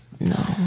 No